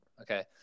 Okay